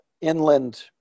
inland